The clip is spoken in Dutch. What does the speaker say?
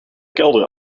kelder